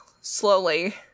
Slowly